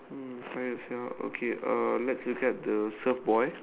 um find the shop okay uh let's look at the surf boy